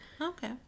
Okay